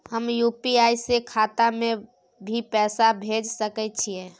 हम यु.पी.आई से खाता में भी पैसा भेज सके छियै?